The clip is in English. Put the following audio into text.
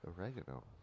oregano